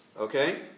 Okay